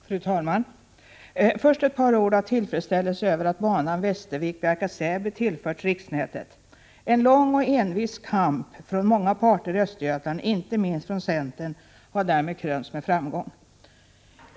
Fru talman! Först ett par ord av tillfredsställelse över att banan Bjärka Säby-Västervik tillförts riksnätet. En lång och envis kamp från många parter i Östergötland, inte minst från centern, har därmed krönts med framgång.